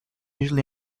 usually